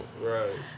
Right